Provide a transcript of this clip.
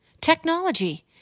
Technology